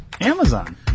Amazon